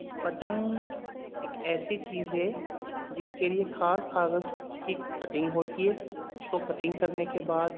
پتنگ ایک ایسی چیز ہے جس کے لئے خاص کاغذ کی کٹنگ ہوتی ہے اس کو کٹنگ کرنے کے بعد